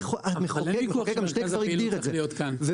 המחוקק כבר הגדיר את זה,